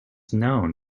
known